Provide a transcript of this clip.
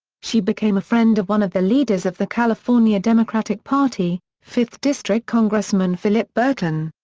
she became a friend of one of the leaders of the california democratic party, fifth district congressman phillip burton.